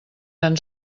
tan